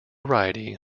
variety